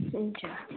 हुन्छ